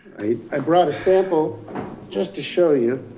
i brought a sample just to show you.